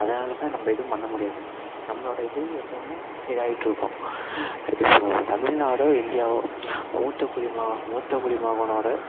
அதனால் தான் நம்ம எதுவும் பண்ண முடியாது நம்மளோடய இது எப்பவுமே இதாகிட்ருக்கும் இப்போ நம்ம தமிழ்நாடோ இந்தியாவோ மூத்தக் குடிமக மூத்த குடிமகனோடய